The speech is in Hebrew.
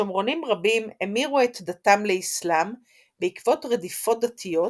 שומרונים רבים המירו את דתם לאסלאם בעקבות רדיפות דתיות,